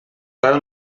val